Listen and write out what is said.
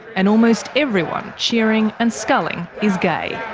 and almost everyone cheering and sculling is gay.